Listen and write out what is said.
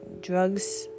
drugs